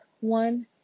one